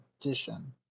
edition